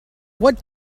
what